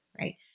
Right